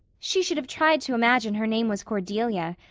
she should have tried to imagine her name was cordelia.